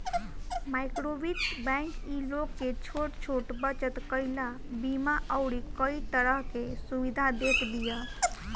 माइक्रोवित्त बैंक इ लोग के छोट छोट बचत कईला, बीमा अउरी कई तरह के सुविधा देत बिया